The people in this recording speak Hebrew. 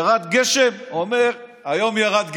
ירד גשם, אומר: היום ירד גשם.